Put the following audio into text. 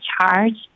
charge